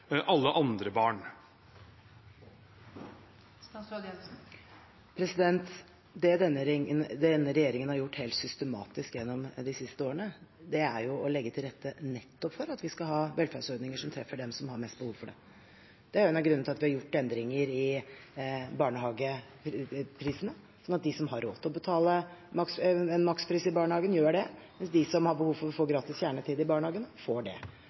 alle andre barn? Det denne regjeringen har gjort helt systematisk gjennom de siste årene, er å legge til rette nettopp for at vi skal ha velferdsordninger som treffer dem som har mest behov for det. Det er en av grunnene til at vi har gjort endringer i barnehageprisene, sånn at de som har råd til å betale makspris i barnehagen, gjør det, mens de som har behov for å få gratis kjernetid i barnehagen, får det.